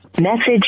Message